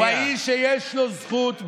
הוא האיש שיש לו זכות,